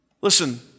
Listen